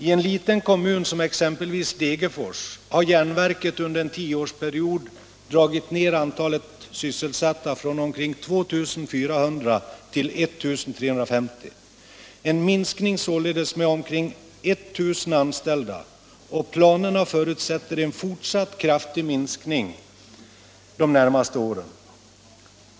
I en liten kommun som Degerfors har järnverket under en tioårsperiod dragit ned antalet sysselsatta från omkring 2 400 till 1 350 —- en minskning således med omkring 1 000 anställda. Och planerna förutsätter en fortsatt kraftig minskning de närmaste åren.